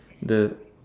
the